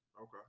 Okay